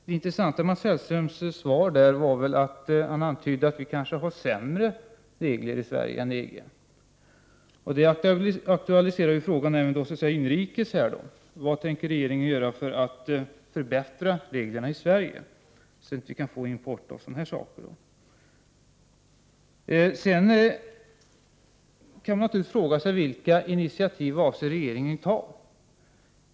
Det intressanta i Mats Hellströms svar var att han antyder att Sverige kanske har sämre regler än EG-länderna. Det aktualiserar följande fråga: Vad tänker regeringen göra för att förbättra de svenska reglerna för att undvika denna typ av import? Vilka initiativ avser regeringen att ta?